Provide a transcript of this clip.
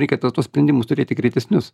reikia ta tuos sprendimus turėti greitesnius